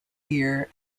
year